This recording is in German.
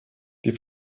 die